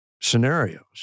scenarios